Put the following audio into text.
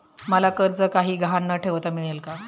मला कर्ज काही गहाण न ठेवता मिळेल काय?